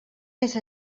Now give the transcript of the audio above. més